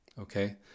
Okay